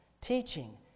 Teaching